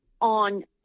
on